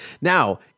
Now